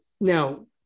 Now